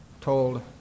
told